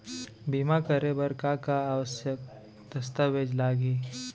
बीमा करे बर का का आवश्यक दस्तावेज लागही